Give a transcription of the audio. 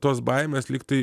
tos baimės lyg tai